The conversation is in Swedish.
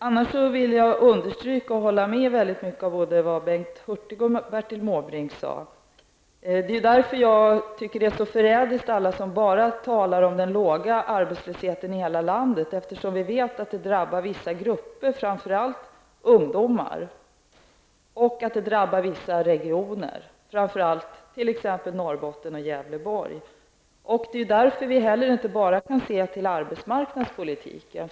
Annars vill jag understryka och instämma i mycket av det som både Bengt Hurtig och Bertil Måbrink sade. Allt det tal som förekommer om den låga arbetslösheten i landet som helhet är förrädiskt, eftersom vi vet att arbetslösheten drabbar vissa grupper, framför allt ungdomar, och vissa regioner, bl.a. Norrbotten och Gävleborg. Det är därför som vi inte heller bara kan se till arbetsmarknadspolitiken.